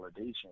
validation